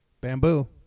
Bamboo